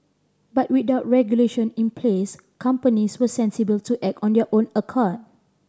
but without regulation in place companies were sensible to act on their own accord